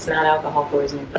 alcohol poisoning. but